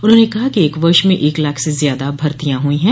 उन्होंने कहा कि एक वर्ष में एक लाख से ज्यादा भर्तियॉ हुई हैं